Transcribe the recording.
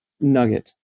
nugget